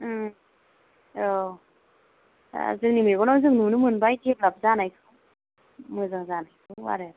उम औ दा जोंनि मेगनाव जों नुनो मोनबाय डेभेलप जानायखौ मोजां जानायखौ आरो